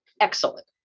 excellent